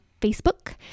Facebook